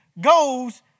goes